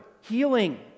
Healing